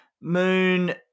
Moon